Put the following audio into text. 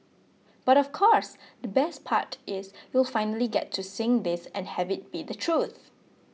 but of course the best part is you'll finally get to sing this and have it be the truth